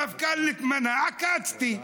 המפכ"ל התמנה, עקצתי.